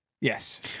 Yes